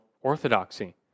orthodoxy